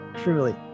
truly